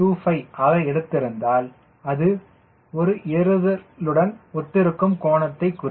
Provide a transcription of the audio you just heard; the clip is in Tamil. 25 ஆக எடுத்திருந்தால் அது ஒரு ஏறுதலுடன் ஒத்திருக்கும் கோணத்தை குறிக்கும்